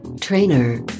trainer